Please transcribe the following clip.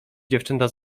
dziewczęta